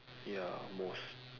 ya most